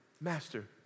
master